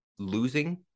losing